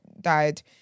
died